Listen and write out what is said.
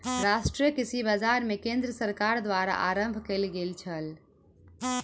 राष्ट्रीय कृषि बाजार केंद्र सरकार द्वारा आरम्भ कयल गेल छल